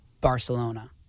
Barcelona